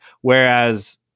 Whereas